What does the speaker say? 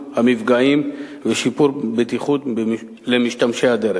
מכובדי השר, אני מתכבד להשיב בשם שר התחבורה.